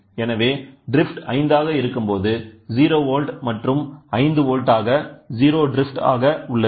எனவேட்ரிப்ஃட் 5 ஆக இருக்கும்போது 0 வோல்ட் மற்றும் 5 வோல்டாக ஆக 0 ட்ரிப்ஃட் ஆக உள்ளது